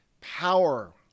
power